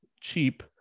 cheap